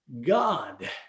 God